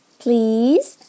please